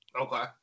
Okay